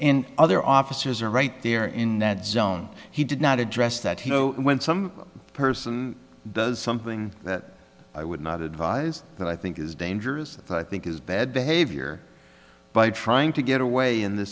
in other officers are right there in that zone he did not address that when some person does something that i would not advise that i think is dangerous i think is bad behavior by trying to get away in th